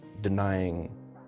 denying